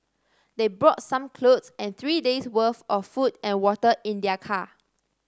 they brought some clothes and three days' worth of food and water in their car